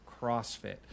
CrossFit